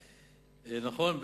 נכון,